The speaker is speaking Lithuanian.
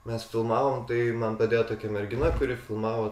mes filmavom tai man padėjo tokia mergina kuri filmavo